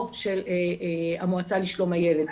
או של המועצה לשלום הילד,